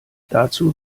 dazu